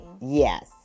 Yes